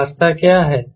तो रास्ता क्या है